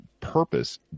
purpose